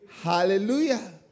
Hallelujah